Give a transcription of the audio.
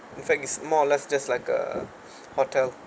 in fact it's more or less just like a hotel